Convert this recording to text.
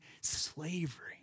slavery